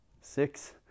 six